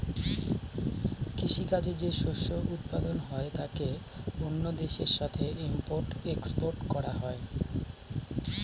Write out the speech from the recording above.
কৃষি কাজে যে শস্য উৎপাদন হয় তাকে অন্য দেশের সাথে ইম্পোর্ট এক্সপোর্ট করা হয়